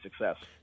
success